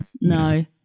No